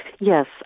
Yes